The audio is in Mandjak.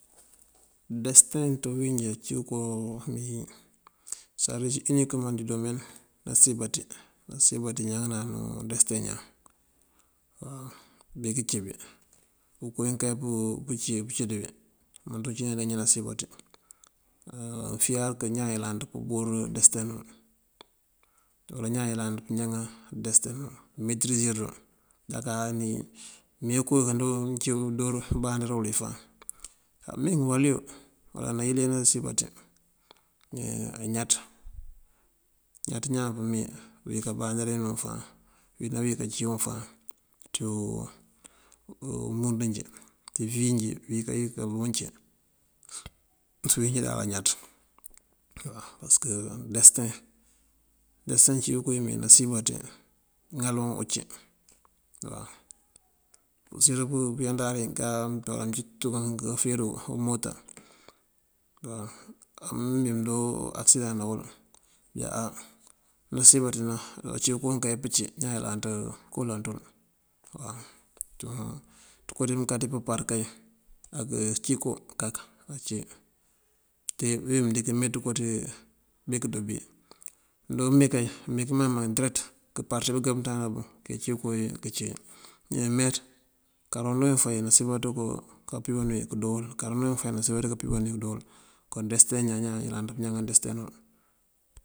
Desëteŋ ţí bíwínjí ací koo mëwín wí sá resi unin këmaŋ ţí domen nasiyam baţí, nasiyam baţí ñankananun destin ñaan waw. Bí kincí bí okoo unkee pëncí dí wí umënţ wun ancína di kañan nasiyam baţí. Mafiyar kë ñaan yëlanţ pëbur desëteŋul uwala ñaan yëlant pëñaŋan desëteŋul. Mëmetërisërël, unjáka ní mee koowí kandoo wí umbandari wël fáan amingu aliwu uwala nayëla nasiyëm baţí añaţ. Añaţ ñaan pëmee uwee kabandarin wun fáan, wí ná wí kancí wun fáan ţí umundi njí, ţí vi njí binkawínka kamonca ţí bíwínjí dal añaţ. Pasëk desëteŋ, desëteŋ cíwun koowí mee nasiyam baţí ŋal yun uncí waw. Uncí këyandar inká amëntukëna ufíir ná umota ambín mëndoo akësidaŋ ná wël bunjá á nasiyam baţí nan aci koo unkee pëncí ñaan yëlanţ kooloŋ ţël waw. Ţënko ţí mënká ţí pëmpar kay ací koo kak ací tee wí dí këmee bí këndoo bí. Mëndoo mee kay bink maŋ këmaŋ direkët keempar ţí bëgá bëmënţandana bun këncí koowí këncí wí me meeţ. Kar unú ufey nasiyam baţí kapibanu koowí këndoo wul, karo unú unfee nasiyam baţí kapibanu koowí këndoo wul. Kon desëteŋ ñan, ñaan yëlaniţ pëñaŋa desëteŋul.